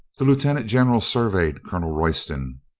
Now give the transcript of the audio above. the lieutenant general surveyed colonel roy ston,